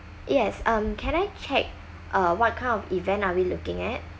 yes um can I check uh what kind of event are we looking at